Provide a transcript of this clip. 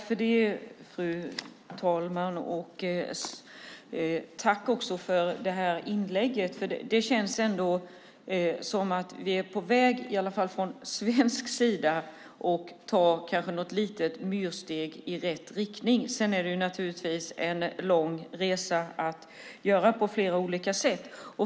Fru talman! Tack för det här inlägget! Det känns ändå som om vi är på väg, i alla fall från svensk sida, att ta kanske något litet myrsteg i rätt riktning. Sedan är det naturligtvis en lång resa att göra på flera olika sätt.